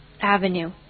Avenue